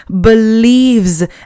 believes